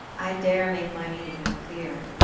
i dare make my meaning no clearer,